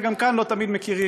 וגם אז לא תמיד מכירים.